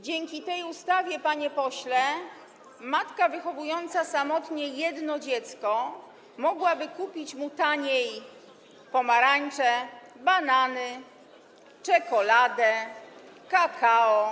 Dzięki tej ustawie, panie pośle, matka wychowująca samotnie jedno dziecko mogłaby kupić mu taniej pomarańcze, banany, czekoladę, kakao.